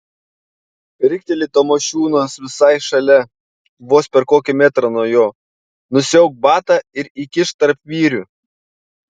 rikteli tamošiūnas visai šalia vos per kokį metrą nuo jo nusiauk batą ir įkišk tarp vyrių